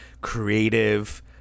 creative